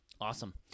Awesome